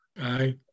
Aye